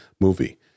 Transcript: movie